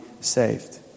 saved